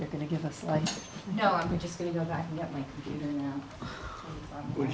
you're going to give us right now we're